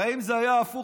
הרי אם זה היה הפוך,